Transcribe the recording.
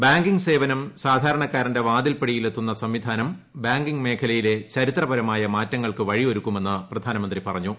banking സേവനം് സാധാരണക്കാരന്റെ വാതിൽപ്പടിയിൽ എത്തുന്ന സംവിധാനം ബാങ്കിംഗ് മേഖലയിലെ ചരിത്രപ്രമായ മാറ്റങ്ങൾക്ക് വഴിയൊരുക്കുമെന്ന് പ്രധാനമന്ത്രി പറഞ്ഞു